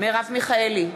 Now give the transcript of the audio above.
מרב מיכאלי,